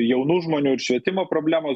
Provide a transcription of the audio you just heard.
jaunų žmonių ir švietimo problemo